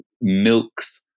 milks